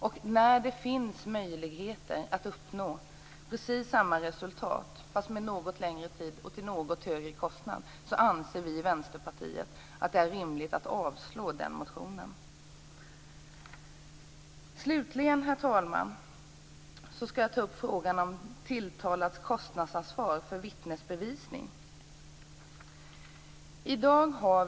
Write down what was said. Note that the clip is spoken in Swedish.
Eftersom det finns möjligheter att uppnå precis samma resultat men med något längre tid och till något högre kostnad anser vi i Vänsterpartiet att det är rimligt att avslå motionen där detta tas upp. Herr talman! Slutligen skall jag ta upp frågan om tilltalads kostnadsansvar för vittnesbevisning.